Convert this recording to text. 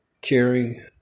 caring